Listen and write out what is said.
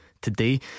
today